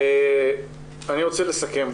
אני רוצה לסכם.